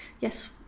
yes